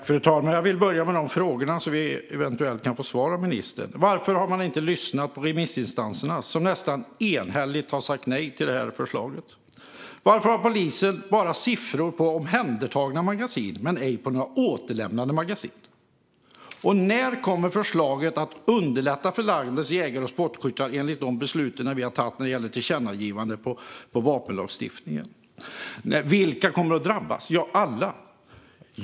Fru talman! Jag vill börja med frågorna, så att vi eventuellt kan få svar av ministern. Varför har man inte lyssnat på remissinstanserna, som nästan enhälligt har sagt nej till förslaget? Varför har polisen bara siffror på omhändertagna magasin och ej på några återlämnade magasin? När kommer förslaget om att underlätta för landets jägare och sportskyttar enligt det beslut vi har tagit om ett tillkännagivande när det gäller vapenlagstiftningen? Vilka kommer att drabbas? Ja, alla.